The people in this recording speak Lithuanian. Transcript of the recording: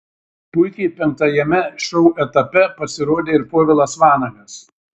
puikiai penktajame šou etape pasirodė ir povilas vanagas